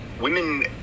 women